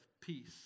peace